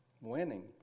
winning